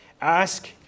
Ask